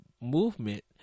movement